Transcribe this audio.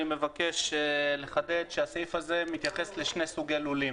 אני מבקש לחדד שהסעיף הזה מתייחס לשני סוגים של לולים: